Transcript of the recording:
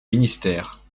ministère